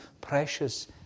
precious